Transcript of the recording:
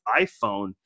iPhone